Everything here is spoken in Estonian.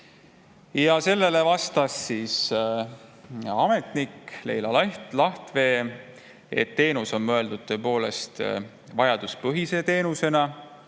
on. Sellele vastas ametnik Leila Lahtvee, et teenus on mõeldud tõepoolest vajaduspõhise teenusena